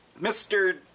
Mr